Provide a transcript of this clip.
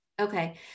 okay